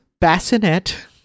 bassinet